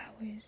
hours